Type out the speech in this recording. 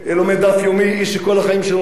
איש שכל החיים שלו מקושר למצוות.